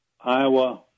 Iowa